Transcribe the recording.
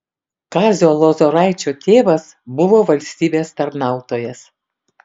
kazio lozoraičio tėvas buvo valstybės tarnautojas